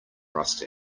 rust